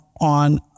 on